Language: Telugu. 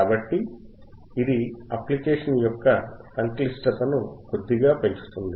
కాబట్టి ఇది అప్లికేషన్ యొక్క సంక్లిష్టతను కొద్దిగా పెంచుతుంది